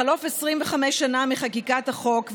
בחלוף 25 שנה מחקיקת החוק,